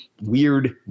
weird